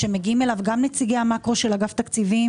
שמגיעים אליו גם נציגי המאקרו של אגף התקציבים,